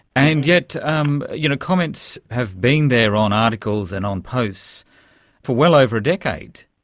and yet um you know comments have been there on articles and on posts for well over a decade.